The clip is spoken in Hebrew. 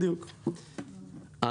לא רק של סטארט-אפים, לכל עסק.